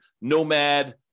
Nomad